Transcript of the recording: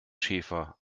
schäfer